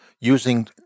using